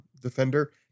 defender